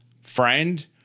friend